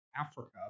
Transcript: Africa